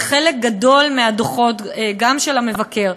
חלק גדול מהדוחות, גם של המבקר,